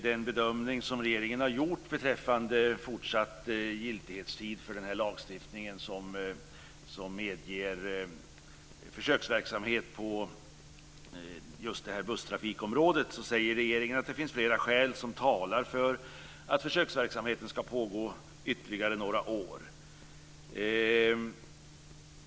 Den bedömning som regeringen har gjort beträffande fortsatt giltighetstid för den här lagstiftningen, som medger försöksverksamhet på just busstrafikområdet, är att det finns flera skäl som talar för att försöksverksamheten ska pågå ytterligare några år.